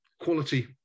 quality